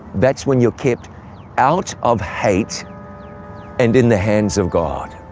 that's when you're kept out of hate and in the hands of god.